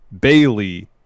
Bailey